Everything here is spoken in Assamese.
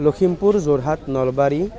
লখিমপুৰ যোৰহাট নলবাৰী